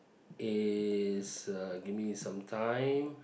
is uh give me some time